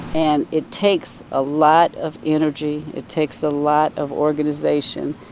and it takes a lot of energy. it takes a lot of organization,